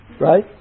Right